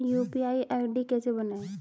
UPI ID कैसे बनाएं?